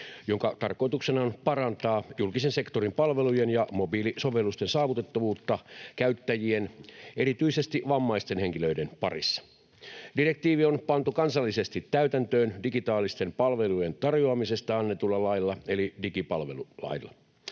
jonka tarkoituksena on parantaa julkisen sektorin palvelujen ja mobiilisovellusten saavutettavuutta käyttäjien, erityisesti vammaisten henkilöiden, parissa. Direktiivi on pantu kansallisesti täytäntöön digitaalisten palvelujen tarjoamisesta annetulla lailla eli digipalvelulailla.